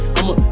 I'ma